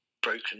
broken